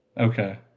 okay